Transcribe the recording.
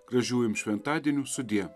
gražių jums šventadienių sudie